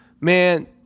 man